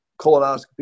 colonoscopy